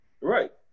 Right